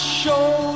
show